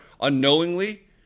unknowingly